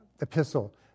epistle